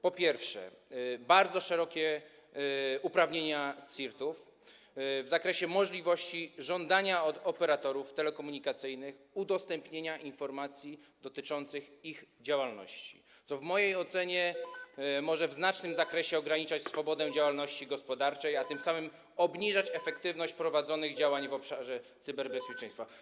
Po pierwsze, bardzo szerokie uprawnienia CSIRT-ów w zakresie możliwości żądania od operatorów telekomunikacyjnych udostępnienia informacji dotyczących ich działalności, co w mojej ocenie może w znacznym zakresie ograniczać swobodę działalności gospodarczej, a tym samym obniżać efektywność działań prowadzonych w obszarze cyberbezpieczeństwa.